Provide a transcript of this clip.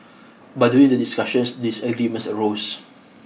but during the discussions disagreements arose